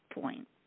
Point